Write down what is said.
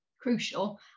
crucial